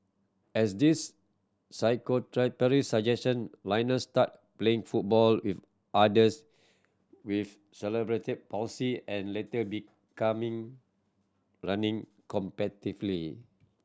as this physiotherapist suggestion Lionel started playing football with others with celebrity palsy and later becoming running competitively